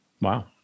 Wow